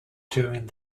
during